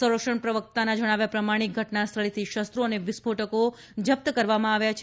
સંરક્ષણ પ્રવકતાના જણાવ્યા પ્રમાણે ઘટના સ્થળેથી શસ્ત્રો અને વિસ્ફોટકો જપ્ત કરવામાં આવ્યા છે